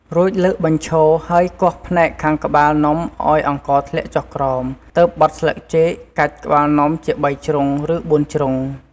រួចលើកបញ្ឈរហើយគោះផ្នែកខាងក្បាលនំឱ្យអង្ករធ្លាក់ចុះក្រោម ទើបបត់ស្លឹកចេក កាច់ក្បាលនំជា៣ជ្រុង ឬ៤ជ្រុង។